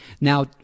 Now